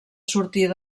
sortir